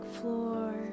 floor